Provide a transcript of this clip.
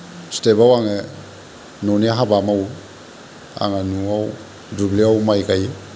स्टेबाव आङो न'नि हाबा मावो आंहा न'आव दुब्लियाव माइ गायो